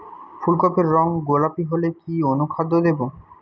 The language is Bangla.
ফুল কপির রং গোলাপী হলে কি অনুখাদ্য দেবো?